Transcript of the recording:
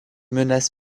menace